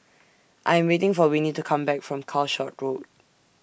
I Am waiting For Winnie to Come Back from Calshot Road